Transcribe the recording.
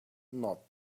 not